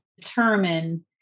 determine